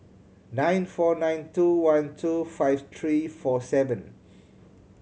nine four nine two one two five three four seven